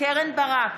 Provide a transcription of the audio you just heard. קרן ברק,